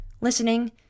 listening